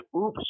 Oops